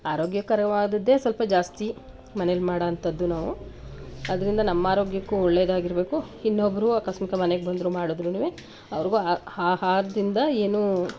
ಆರೋಗ್ಯಕರವಾದದ್ದೇ ಸ್ವಲ್ಪ ಜಾಸ್ತಿ ಮನೇಲಿ ಮಾಡುವಂಥದ್ದು ನಾವು ಅದರಿಂದ ನಮ್ಮ ಆರೋಗ್ಯಕ್ಕೂ ಒಳ್ಳೆಯದಾಗಿರ್ಬೇಕು ಇನ್ನೊಬ್ಬರು ಆಕಸ್ಮಿಕ ಮನೆಗೆ ಬಂದರು ಮಾಡಿದ್ರೂನುವೇ ಅವ್ರಿಗು ಹಾ ಆಹಾರದಿಂದ ಏನೂ